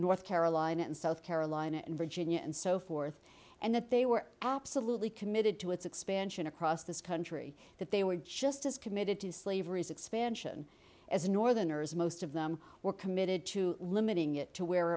north carolina and south carolina and virginia and so forth and that they were absolutely committed to its expansion across this country that they were just as committed to slavery is expansion as northerners most of them were committed to limiting it to where